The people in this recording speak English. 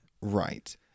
Right